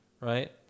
right